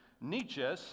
Nietzsche